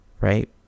right